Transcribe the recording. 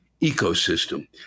ecosystem